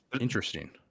interesting